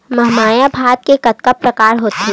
महमाया भात के कतका प्रकार होथे?